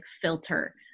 filter